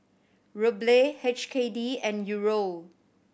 Ruble H K D and Euro